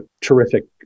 terrific